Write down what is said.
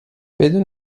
بدون